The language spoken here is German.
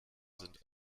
sind